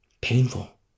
painful